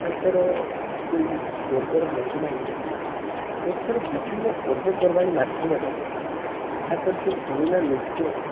ତାଙ୍କର ଯେଉଁ ବର୍ଗର ଲୋକମାନେ ବର୍ଷରେ ବିଭିନ୍ନ ପର୍ବପର୍ବାଣି ମାଧ୍ୟମରେ ତାଙ୍କର ସେଇ ପୁରୁଣା ନୃତ୍ୟ